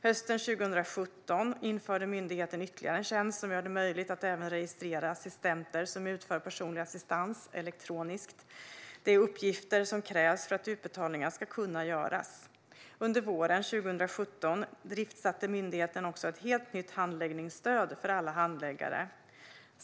Hösten 2017 införde myndigheten ytterligare en tjänst som gör det möjligt att även registrera assistenter som utför personlig assistans elektroniskt. Detta är uppgifter som krävs för att utbetalningar ska kunna göras. Under våren 2017 driftsatte myndigheten också ett helt nytt handläggningsstöd för alla handläggare.